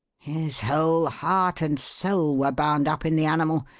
his whole heart and soul were bound up in the animal.